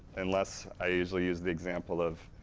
unless i usually use the example of,